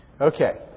Okay